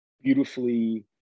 Beautifully